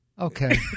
Okay